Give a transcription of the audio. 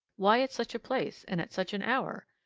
why at such a place, and at such an hour?